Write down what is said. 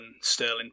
Sterling